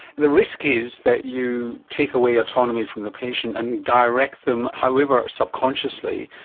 the risk is that you take away autonomy from the patient and direct them, however subconsciously,